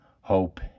hope